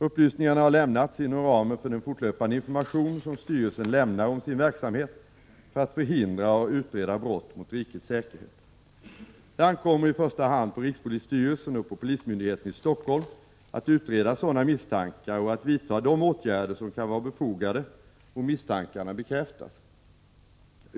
Upplysningarna har lämnats inom ramen för den fortlöpande information som styrelsen lämnar om sin verksamhet för att förhindra och utreda brott mot rikets säkerhet. Det ankommer i första hand på rikspolisstyrelsen och på polismyndigheten i Stockholm att utreda sådana misstankar och att vidta de åtgärder som kan vara befogade om misstankarna bekräftas.